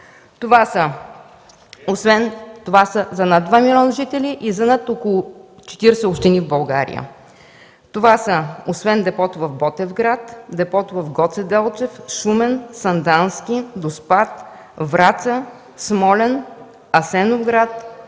Това са за над 2 милиона жители и за над 40 общини в България. Освен депото в Ботевград, това са депата в Гоце Делчев, Шумен, Сандански, Доспат, Враца, Смолян, Асеновград